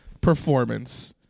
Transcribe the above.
performance